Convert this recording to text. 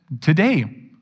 today